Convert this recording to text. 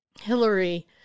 Hillary